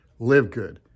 LiveGood